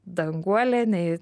danguolė nei